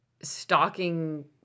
stalking